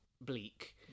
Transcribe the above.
Bleak